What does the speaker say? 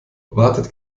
wartet